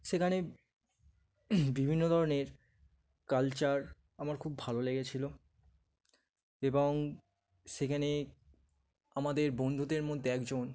সেখানে বিভিন্ন ধরনের কালচার আমার খুব ভালো লেগেছিল এবং সেখানে আমাদের বন্ধুদের মধ্যে একজন